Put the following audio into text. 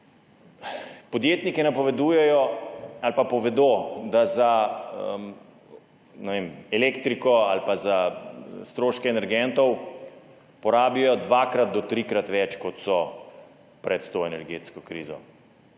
Podjetniki povedo, da za, ne vem, elektriko ali za stroške energentov porabijo dvakrat do trikrat več, kot so pred to energetsko krizo.